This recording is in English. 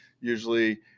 Usually